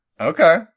Okay